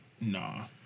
Nah